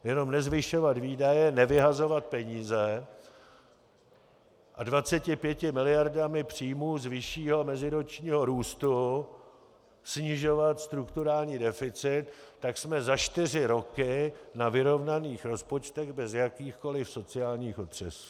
Jen nezvyšovat výdaje, nevyhazovat peníze a 25 miliardami příjmů z vyššího meziročního růstu snižovat strukturální deficit, tak jsme za čtyři roky na vyrovnaných rozpočtech bez jakýchkoli sociálních otřesů.